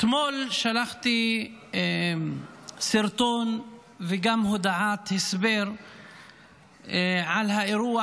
אתמול שלחתי סרטון וגם הודעת הסבר על האירוע